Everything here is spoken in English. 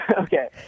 Okay